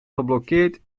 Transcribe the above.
geblokkeerd